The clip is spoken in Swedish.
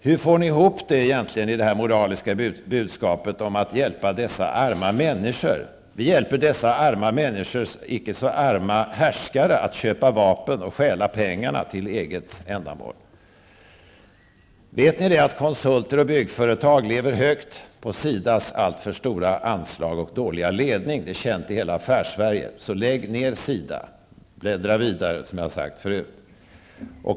Hur får ni egentligen ihop det med det moraliska budskapet om att hjälpa dessa arma människor? Vi hjälper dessa arma människors icke så arma härskare att köpa vapen och stjäla pengarna till eget ändamål. Vet ni att konsulter och byggföretag lever högt på SIDAs alltför stora anslag och dåliga ledning? Det är känt i hela Affärssverige. Lägg ner SIDA! Bläddra vidare, som jag har sagt förut!